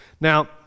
Now